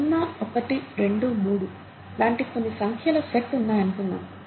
0 1 2 3 లాంటి కొన్ని సంఖ్యల సెట్ ఉన్నాయనుకుందాం